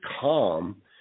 calm